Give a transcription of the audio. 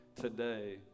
today